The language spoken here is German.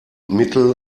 mittel